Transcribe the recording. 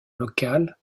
local